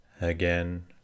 Again